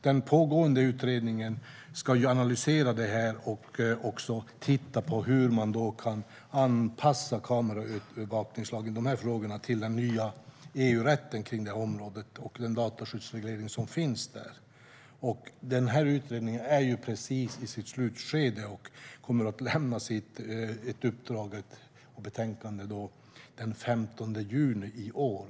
Den pågående utredningen ska analysera detta och även titta på hur man kan anpassa kameraövervakningslagen i dessa frågor till den nya EU-rätten på området och den dataskyddsreglering som finns där. Man är precis i slutskedet med denna utredning, och den kommer att lämnas den 15 juni i år.